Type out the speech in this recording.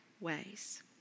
ways